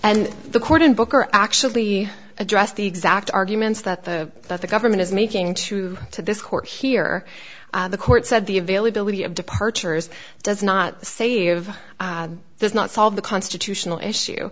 and the court in booker actually addressed the exact arguments that the that the government is making to to this court here the court said the availability of departures does not save there's not solve the constitutional issue